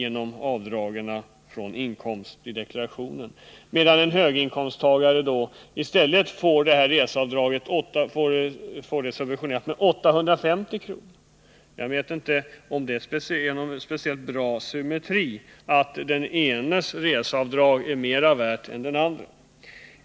genom avdrag från inkomsten i sin deklaration medan en höginkomsttagare med motsvarande resekostnad får en subvention med 850 kr. Jag förstår inte att det är någon speciellt god symmetri att den enes reseavdrag skall vara mera värt än den andres i ett sådant fall.